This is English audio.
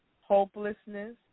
hopelessness